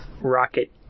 rocket